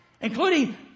including